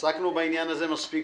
עסקנו בעניין הזה מספיק.